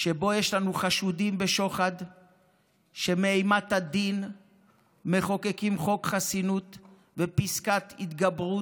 שבו יש לנו חשודים בשוחד שמאימת הדין מחוקקים חוק חסינות ופסקת התגברות,